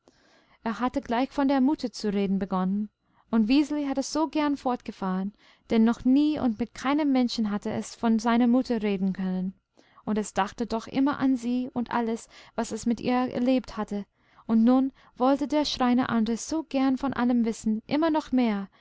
er hatte gleich von der mutter zu reden begonnen und wiseli hatte so gern fortgefahren denn noch nie und mit keinem menschen hatte es von seiner mutter reden können und es dachte doch immer an sie und alles was es mit ihr erlebt hatte und nun wollte der schreiner andres so gern von allem wissen immer noch mehr